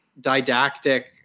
didactic